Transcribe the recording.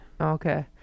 okay